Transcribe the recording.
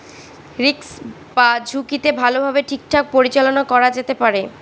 risk বা ঝুঁকিকে ভালোভাবে ঠিকঠাক পরিচালনা করা যেতে পারে